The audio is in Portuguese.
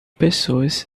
pessoas